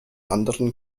anderen